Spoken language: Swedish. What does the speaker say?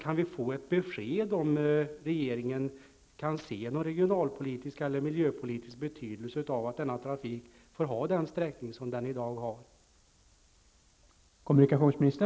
Kan vi få ett besked om regeringen kan se någon regionalpolitisk eller miljöpolitisk betydelse av att denna trafik får ha den sträckning som den i dag har?